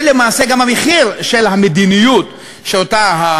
זה למעשה גם המחיר של המדיניות שהימין,